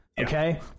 okay